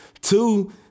two